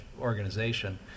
organization